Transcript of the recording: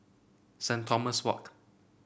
Saint Thomas Walk